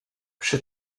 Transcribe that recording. przy